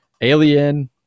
alien